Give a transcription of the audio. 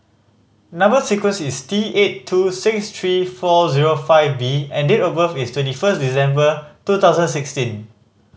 number sequence is T eight two six three four zero five B and date of birth is twenty first December two thousand and sixteen